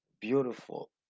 beautiful